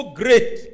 great